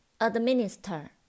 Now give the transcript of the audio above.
Administer